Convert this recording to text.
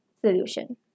solution